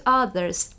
others